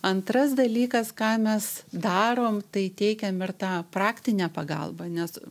antras dalykas ką mes darom tai teikiam ir tą praktinę pagalbą nes